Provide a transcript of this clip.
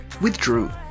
withdrew